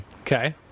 okay